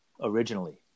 originally